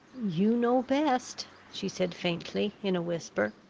you know best, she said, faintly, in a whisper.